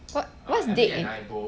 what what's date in